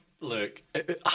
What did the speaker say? Look